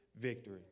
Victory